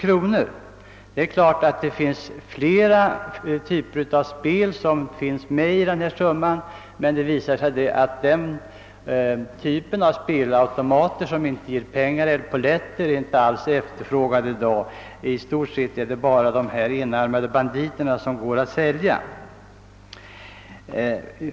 I dessa belopp ingår givetvis flera typer av spel, men det visar sig att spelautomater som inte i utdelning ger pengar eller polletter inte alls är efterfrågade i dag. Det är bara de »enarmade banditerna» som går att sälja.